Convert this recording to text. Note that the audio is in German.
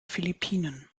philippinen